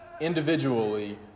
individually